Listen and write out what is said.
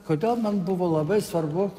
kodėl man buvo labai svarbu